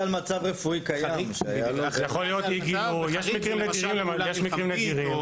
יש מקרים נדירים.